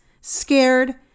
scared